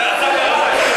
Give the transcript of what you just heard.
לא קראת את החוק.